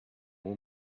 were